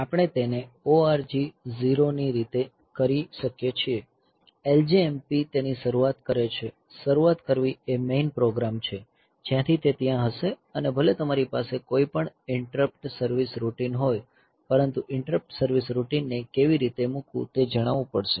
આપણે તેને ORG 0 ની રીતે કરી શકીએ છીએ LJMP તેની શરૂઆત કરે છે શરૂઆત કરવી એ મેઇન પ્રોગ્રામ છે જ્યાંથી તે ત્યાં હશે અને ભલે તમારી પાસે કોઈપણ ઇન્ટરપ્ટ સર્વિસ રૂટિન હોય પરંતુ ઇન્ટરપ્ટ સર્વિસ રૂટિનને કેવી રીતે મૂકવું તે જણાવવું પડશે